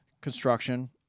Construction